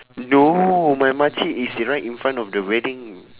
no my makcik is right in front of the wedding